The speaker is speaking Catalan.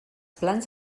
plans